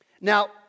Now